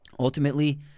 Ultimately